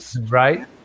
Right